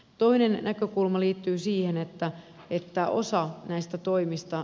toinen näkökulma liittyy siihen että osa näistä toimista